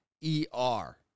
E-R